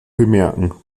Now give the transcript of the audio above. bemerken